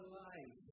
life